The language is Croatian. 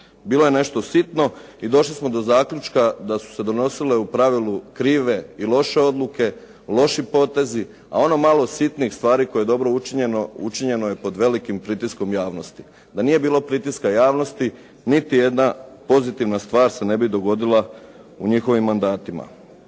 Bilo je nešto sitno i došli smo do zaključka da su se donosile u pravilu krive i loše odluke, loši potezi a ono malo sitnih stvari koje je dobro učinjeno učinjeno je pod velikim pritiskom javnosti. Da nije bilo pritiska javnosti, niti jedna pozitivna stvar se ne bi dogodila u njihovim mandatima.